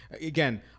Again